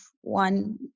one